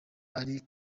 ari